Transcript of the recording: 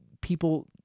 people